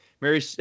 Mary